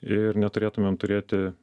ir neturėtumėm turėti